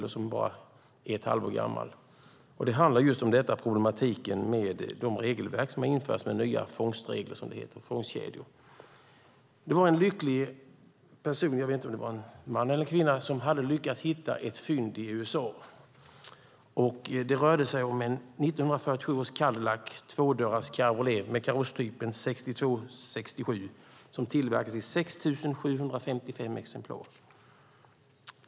Den är bara ett halvår gammal. Det handlar just om problematiken med de regelverk som har införts när det gäller fångstkedjor, som det heter. Det var en lycklig person - jag vet inte om det var en man eller en kvinna - som hade lyckats hitta ett fynd i USA. Det rörde sig om en 1947 års Cadillac, tvådörrars cabriolet, med karosstypen 6267, som tillverkats i 6 755 exemplar.